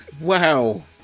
Wow